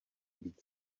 být